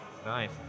nice